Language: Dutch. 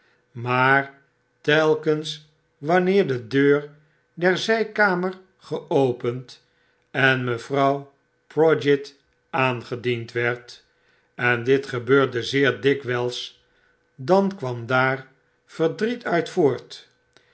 maar telkens wanneer de deur der zijkamer geopend en mevrouw prodgit aangediend werd en dit gebeurde zeer dikwijls dan kwam daar verdriet